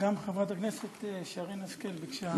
גם חברת הכנסת שרן השכל ביקשה.